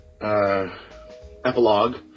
epilogue